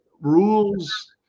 rules